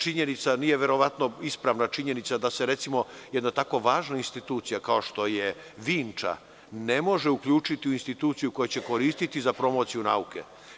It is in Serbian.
Nije ispravna činjenica da se recimo tako važna institucija kao što je Vinča ne može uključiti u instituciju koja će koristiti za promociju nauke.